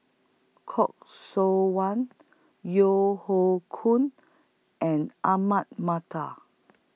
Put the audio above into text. Khoo Seok Wan Yeo Hoe Koon and Ahmad Mattar